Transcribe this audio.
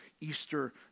Easter